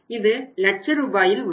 இது லட்ச ரூபாயில் உள்ளது